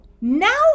now